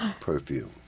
perfume